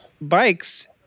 bikes